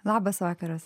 labas vakaras